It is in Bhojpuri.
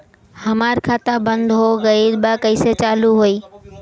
हमार खाता बंद हो गईल बा कैसे चालू होई?